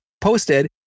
posted